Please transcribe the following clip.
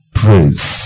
praise